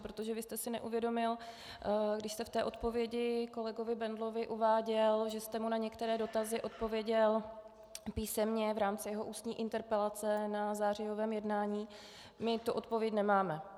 Protože vy jste si neuvědomil, když jste v odpovědi kolegovi Bendlovi uváděl, že jste mu na některé dotazy odpověděl písemně v rámci jeho ústní interpelace na zářijovém jednání, my tu odpověď nemáme.